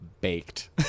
baked